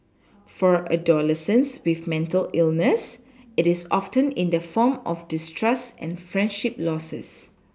for adolescents with mental illness it is often in the form of distrust and friendship Losses